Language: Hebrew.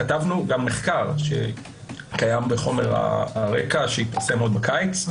כתבנו מחקר שקיים בחומר הרקע שהתפרסם עוד בקיץ.